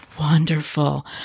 Wonderful